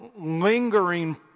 lingering